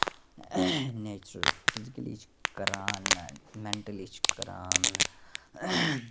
natural physically چھِ کران mentally چھِ کران